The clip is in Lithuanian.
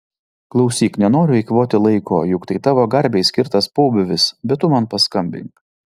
klausyk nenoriu eikvoti laiko juk tai tavo garbei skirtas pobūvis bet tu man paskambink